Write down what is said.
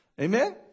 Amen